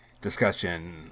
discussion